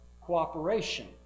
cooperation